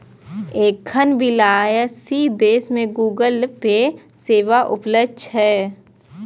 एखन बियालीस देश मे गूगल पे के सेवा उपलब्ध छै